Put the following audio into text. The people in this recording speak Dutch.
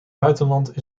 buitenland